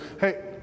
Hey